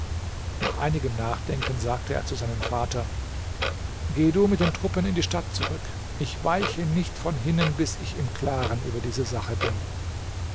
nach einigem nachdenken sagte er zu seinem vater gehe du mit den truppen in die stadt zurück ich weiche nicht von hinnen bis ich im klaren über diese sache bin